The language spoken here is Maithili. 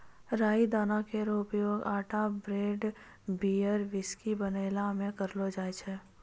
राई दाना केरो उपयोग आटा ब्रेड, बियर, व्हिस्की बनैला म करलो जाय छै